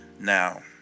Now